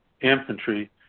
infantry